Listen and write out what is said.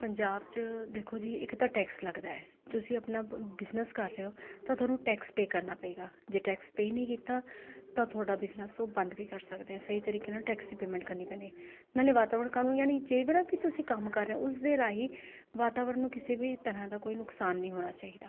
ਪੰਜਾਬ 'ਚ ਦੇਖੋ ਜੀ ਇੱਕ ਤਾਂ ਟੈਕਸ ਲੱਗਦਾ ਹੈ ਤੁਸੀਂ ਆਪਣਾ ਪ ਬਿਜਨਸ ਕਰ ਰਹੇ ਹੋ ਤਾਂ ਤੁਹਾਨੂੰ ਟੈਕਸ ਪੇਅ ਕਰਨਾ ਪਏਗਾ ਜੇ ਟੈਕਸ ਪੇਅ ਨਹੀਂ ਕੀਤਾ ਤਾਂ ਤੁਹਾਡਾ ਬਿਜਨਸ ਉਹ ਬੰਦ ਵੀ ਕਰ ਸਕਦੇ ਹੈ ਸਹੀ ਤਰੀਕੇ ਨਾਲ ਟੈਕਸ ਦੀ ਪੇਮੈਂਟ ਕਰਨੀ ਪੈਂਦੀ ਹੈ ਨਾਲੇ ਵਾਤਾਵਰਨ ਕਾਰਨ ਜਾਣੀ ਜੇ ਕਿਹੜਾ ਕਿ ਤੁਸੀਂ ਕੰਮ ਕਰ ਰਹੇ ਹੋ ਉਸਦੇ ਰਾਹੀਂ ਵਾਤਾਵਰਨ ਨੂੰ ਕਿਸੇ ਵੀ ਤਰ੍ਹਾਂ ਦਾ ਕੋਈ ਨੁਕਸਾਨ ਨਹੀਂ ਹੋਣਾ ਚਾਹੀਦਾ